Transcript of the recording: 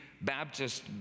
Baptist